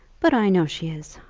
but i know she is.